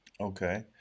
okay